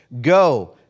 go